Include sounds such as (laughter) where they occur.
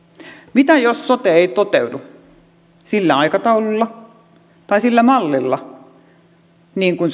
mitä jos sote ei toteudu sillä aikataululla tai sillä mallilla kuin (unintelligible)